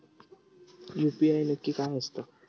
UPI नक्की काय आसता?